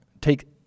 take